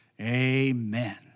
Amen